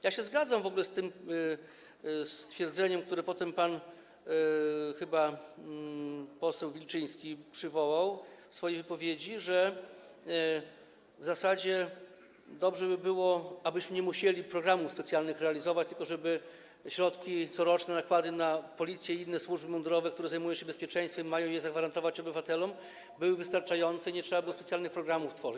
Ja się zgadzam w ogóle z tym stwierdzeniem, które potem chyba pan poseł Wilczyński przywołał w swojej wypowiedzi, że w zasadzie dobrze by było, abyśmy nie musieli programów specjalnych realizować, tylko żeby środki, coroczne nakłady na Policję i inne służby mundurowe, które zajmują się bezpieczeństwem i mają je zagwarantować obywatelom, były wystarczające i nie trzeba by specjalnych programów tworzyć.